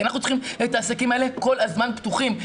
כי אנחנו צריכים את העסקים האלה כל הזמן פתוחים,